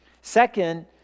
Second